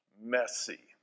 messy